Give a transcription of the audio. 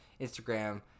Instagram